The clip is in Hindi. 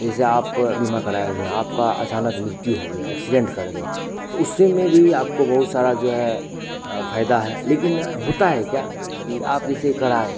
जैसे आप बीमा कराए हुए आपका अचानक मृत्यु हो गया एक्सीडेंट कर गए तो उस में भी आपको बहुत सारा जो है फायदा है लेकिन होता है क्या कि आप जैसे कराए